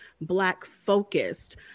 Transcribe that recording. Black-focused